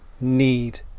need